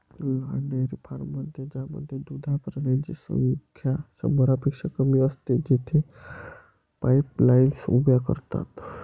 लहान डेअरी फार्ममध्ये ज्यामध्ये दुधाळ प्राण्यांची संख्या शंभरपेक्षा कमी असते, तेथे पाईपलाईन्स उभ्या करतात